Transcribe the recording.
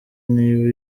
niba